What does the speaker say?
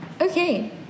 okay